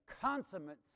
consummate